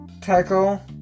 tackle